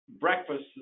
breakfast